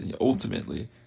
Ultimately